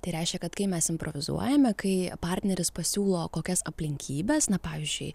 tai reiškia kad kai mes improvizuojame kai partneris pasiūlo kokias aplinkybes na pavyzdžiui